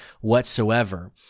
whatsoever